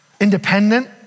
independent